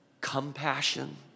compassion